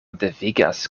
devigas